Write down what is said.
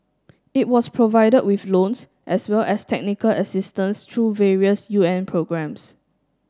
it was provided with loans as well as technical assistance through various U N programmes